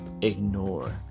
ignore